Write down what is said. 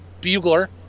Bugler